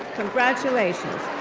congratulations.